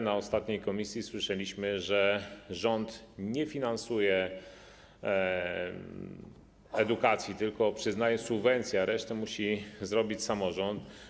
Na ostatnim posiedzeniu komisji słyszeliśmy, że rząd nie finansuje edukacji, tylko przyznaje subwencję, a resztę musi zrobić samorząd.